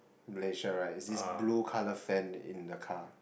Malaysia right is this blue colour fan in the car